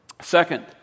Second